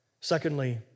Secondly